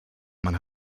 man